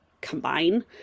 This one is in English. combine